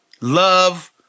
love